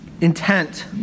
Intent